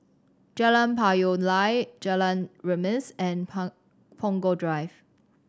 Jalan Payoh Lai Jalan Remis and Punggol Drive